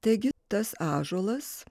taigi tas ąžuolas